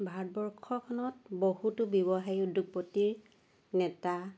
ভাৰতবৰ্ষখনত বহুতো ব্যৱসায়িক উদ্যোগপতিৰ নেতা